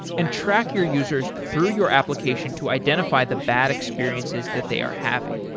and track your users through your application to identify the bad experiences that they are having.